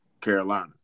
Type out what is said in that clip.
Carolina